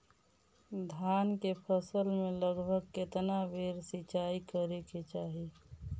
धान के फसल मे लगभग केतना बेर सिचाई करे के चाही?